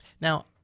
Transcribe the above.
Now